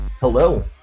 Hello